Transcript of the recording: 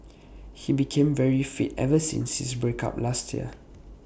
he became very fit ever since his break up last year